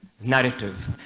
narrative